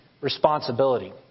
Responsibility